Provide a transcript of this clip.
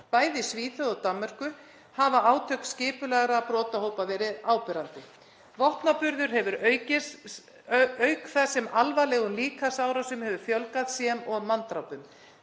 Bæði í Svíþjóð og Danmörku hafa átök skipulagðra brotahópa verið áberandi. Vopnaburður hefur aukist auk þess sem alvarlegum líkamsárásum hefur fjölgað sem og manndrápum.